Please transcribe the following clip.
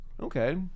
Okay